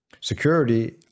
security